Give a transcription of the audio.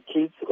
kids